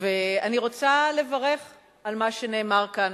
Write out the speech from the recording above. אני רוצה לברך על מה שנאמר כאן.